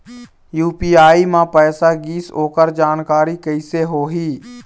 UPI म पैसा गिस ओकर जानकारी कइसे होही?